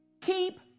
keep